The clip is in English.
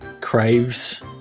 craves